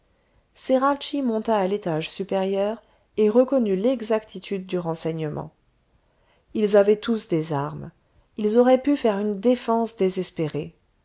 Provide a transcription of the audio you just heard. ceracchi monta à l'étage supérieur et reconnut l'exactitude du renseignement ils avaient tous des armes ils auraient pu faire une défense désespérée